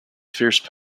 fierce